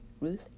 Ruth